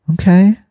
Okay